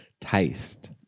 taste